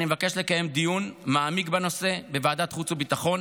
אני מבקש לקיים דיון מעמיק בנושא בוועדת החוץ והביטחון